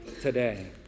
today